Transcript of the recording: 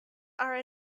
are